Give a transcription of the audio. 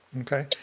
Okay